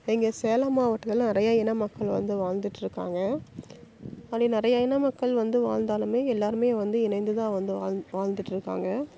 எங்கள் சேலம் மாவட்டத்தில் நிறையா இன மக்கள் வந்து வாழ்ந்துகிட்ருக்காங்க ஆனால் நிறையா இன மக்கள் வந்து வாழ்ந்தாலுமே எல்லாருமே வந்து இணைந்துதான் வந்து வாழ் வாழ்ந்துகிட்டுருக்காங்க